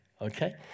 Okay